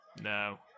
No